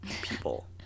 people